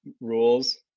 rules